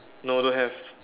no don't have